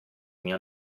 mia